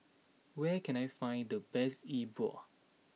where can I find the best E Bua